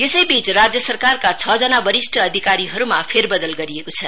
यसैबीच राज्य सरकारका छजना वरिष्ठ अधिकारीहरूमा फेरबदल गरिएको छ